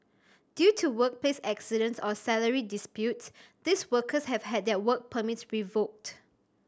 due to workplace accidents or salary disputes these workers have had their work permits revoked